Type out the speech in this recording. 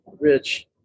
Rich